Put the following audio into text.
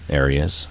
areas